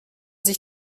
sich